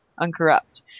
uncorrupt